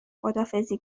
خداحافظی